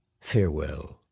Farewell